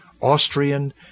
Austrian